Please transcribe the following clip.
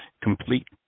complete